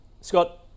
Scott